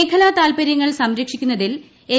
മേഖല താൽപര്യങ്ങൾ സംരക്ഷിക്കുന്നതിൽ എൻ